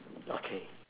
okay